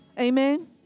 Amen